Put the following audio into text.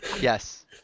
Yes